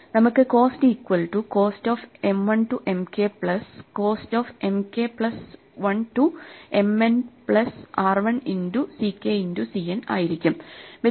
നമുക്ക് cost equal to cost of M 1റ്റു M k plus cost of M k plus one to M n plus r 1 into c k into c n ആയിരിക്കും